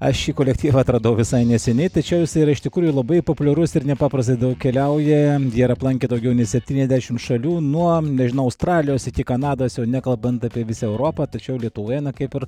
aš šį kolektyvą atradau visai neseniai tačiau jisai yra iš tikrųjų labai populiarus ir nepaprastai keliauja jie yra aplankę daugiau nei septyniasdešim šalių nuo nežinau australijos iki kanados jau nekalbant apie visą europą tačiau lietuvoje na kaip ir